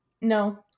No